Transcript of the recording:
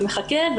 ונחכה,